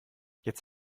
jetzt